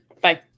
Bye